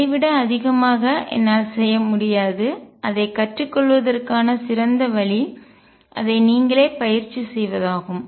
இதை விட அதிகமாக என்னால் செய்ய முடியாது அதைக் கற்றுக்கொள்வதற்கான சிறந்த வழி அதை நீங்களே பயிற்சி செய்வதாகும்